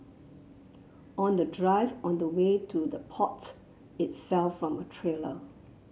on the drive on the way to the port it fell from a trailer